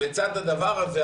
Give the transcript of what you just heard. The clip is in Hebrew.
שלצד הדבר הזה,